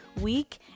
week